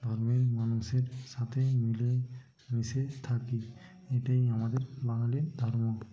ধর্মের মানুষের সাথে মিলেমিশে থাকি এটাই আমাদের বাঙালির ধর্ম